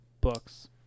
Books